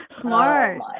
Smart